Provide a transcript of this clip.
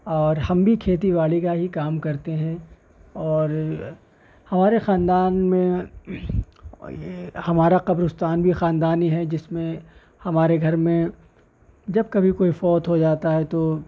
اور ہم بھی کھیتی باڑی کا ہی کام کرتے ہیں اور ہمارے خاندان میں یہ ہمارا قبرستان بھی خاندانی ہے جس میں ہمارے گھر میں جب کبھی کوئی فوت ہوجاتا ہے تو